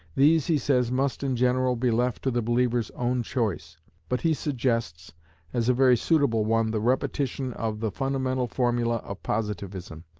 these, he says, must in general be left to the believer's own choice but he suggests as a very suitable one the repetition of the fundamental formula of positivism,